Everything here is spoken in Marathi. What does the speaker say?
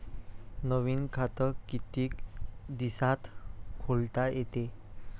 नवीन खात कितीक दिसात खोलता येते?